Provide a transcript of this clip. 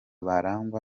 barangwa